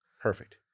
Perfect